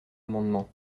amendement